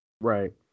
Right